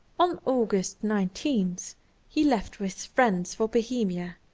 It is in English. on august nineteen he left with friends for bohemia,